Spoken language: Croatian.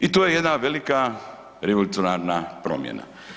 I to je jedna velika revolucionarna promjena.